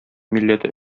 милләте